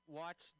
watch